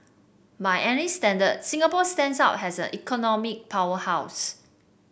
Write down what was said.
by any standard Singapore stands out as an economic powerhouse